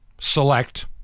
select